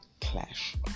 clash